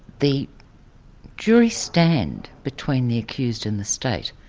the juries stand between the accused and the state.